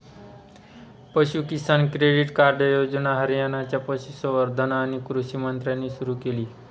पशु किसान credit card योजना हरियाणाच्या पशुसंवर्धन आणि कृषी मंत्र्यांनी सुरू केली